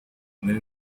nari